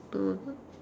don't know